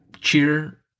cheer